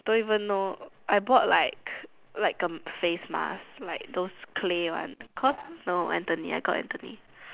don't even know I bought like like a face mask like those clay one cause no Anthony I got Anthony